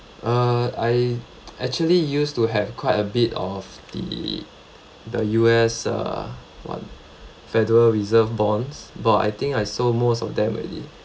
uh I actually used to have quite a bit of the the U_S uh what federal reserve bonds but I think I sold most of them already